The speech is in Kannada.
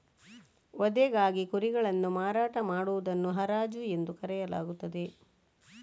ವಧೆಗಾಗಿ ಕುರಿಗಳನ್ನು ಮಾರಾಟ ಮಾಡುವುದನ್ನು ಹರಾಜು ಎಂದು ಕರೆಯಲಾಗುತ್ತದೆ